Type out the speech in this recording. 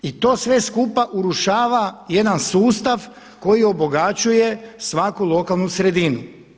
I to sve skupa urušava jedan sustav koji obogaćuje svaku lokalnu sredinu.